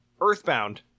Earthbound